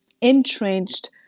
entrenched